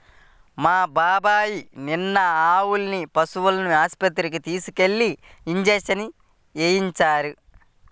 మా బాబాయ్ నిన్న ఆవుల్ని పశువుల ఆస్పత్రికి తీసుకెళ్ళి ఇంజక్షన్లు వేయించారు